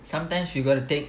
sometimes you gotta take